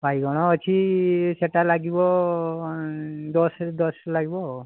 ବାଇଗଣ ଅଛି ସେଇଟା ଲାଗିବ ଦଶରେ ଦଶ ଲାଗିବ ଆଉ